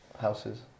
houses